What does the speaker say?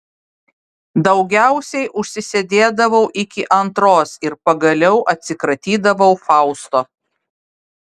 daugiausiai užsisėdėdavau iki antros ir pagaliau atsikratydavau fausto